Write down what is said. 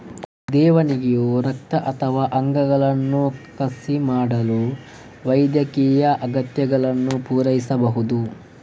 ದೇಣಿಗೆಯು ರಕ್ತ ಅಥವಾ ಅಂಗಗಳನ್ನು ಕಸಿ ಮಾಡಲು ವೈದ್ಯಕೀಯ ಅಗತ್ಯಗಳನ್ನು ಪೂರೈಸಬಹುದು